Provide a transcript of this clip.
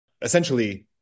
essentially